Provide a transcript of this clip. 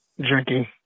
drinking